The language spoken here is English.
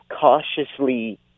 cautiously